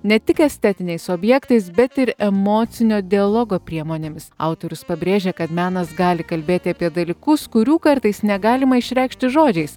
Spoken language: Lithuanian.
ne tik estetiniais objektais bet ir emocinio dialogo priemonėmis autorius pabrėžia kad menas gali kalbėti apie dalykus kurių kartais negalima išreikšti žodžiais